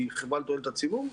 היא חברה לתועלת הציבור,